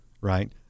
right